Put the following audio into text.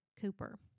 Cooper